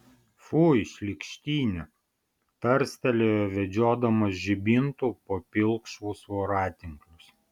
fui šlykštynė tarstelėjo vedžiodamas žibintu po pilkšvus voratinklius